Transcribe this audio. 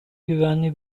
güvenli